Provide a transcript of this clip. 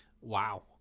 Wow